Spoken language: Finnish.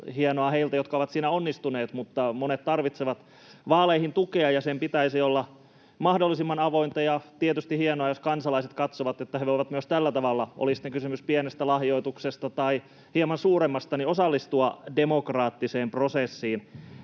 Hienoa heiltä, jotka ovat siinä onnistuneet, mutta monet tarvitsevat vaaleihin tukea, ja sen pitäisi olla mahdollisimman avointa. Ja tietysti hienoa, jos kansalaiset katsovat, että he voivat myös tällä tavalla, oli sitten kysymys pienestä lahjoituksesta tai hieman suuremmasta, osallistua demokraattiseen prosessiin.